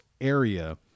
area